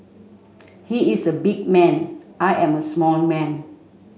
he is a big man I am a small man